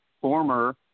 former